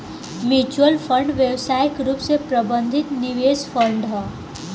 mutual fund व्यावसायिक रूप से प्रबंधित निवेश फंड ह